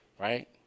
right